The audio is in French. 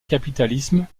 capitalisme